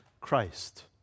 Christ